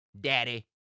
daddy